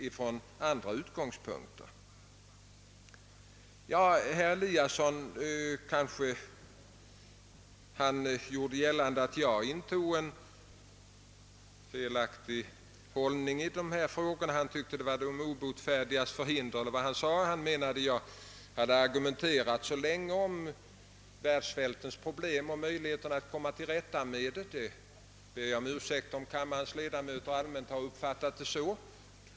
Herr Eliasson i Moholm gjorde gällande att jag intog en felaktig hållning och att det var den obotfärdiges förhinder när jag hade argumenterat så länge om möjligheterna att komma till rätta med världssvältens problem. Jag ber om ursäkt, ifall kammarens ledamöter all mänt har uppfattat det så.